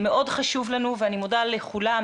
אני מודה לכולם